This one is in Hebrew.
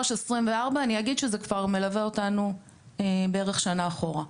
2024. אני אגיד שזה מלווה אותנו כבר בערך שנה אחורה.